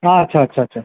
আচ্ছা আচ্ছা আচ্ছা